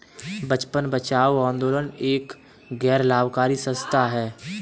बचपन बचाओ आंदोलन एक गैर लाभकारी संस्था है